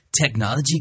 technology